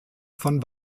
von